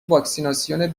واکسیناسیون